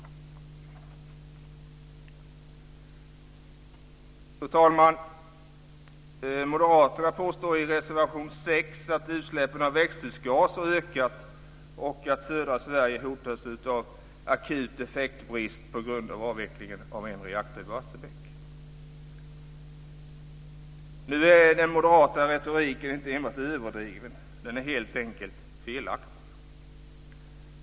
Fru talman! Moderaterna påstår i reservation 6 att utsläppen av växthusgaser ökat och att södra Sverige hotas av akut effektbrist på grund av avvecklingen av en reaktor i Barsebäck. Nu är den moderata retoriken inte enbart överdriven. Den är helt enkelt felaktig.